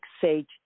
sage